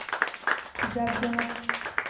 ᱡᱟᱠ ᱡᱚᱢᱚᱠ